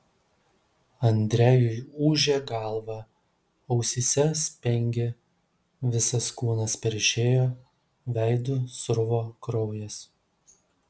andrejui ūžė galva ausyse spengė visas kūnas peršėjo veidu sruvo kraujas